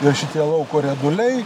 ir šitie lauko rieduliai